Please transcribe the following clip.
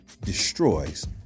destroys